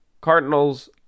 Cardinals